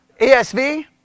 ESV